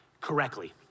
correctly